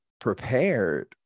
prepared